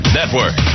Network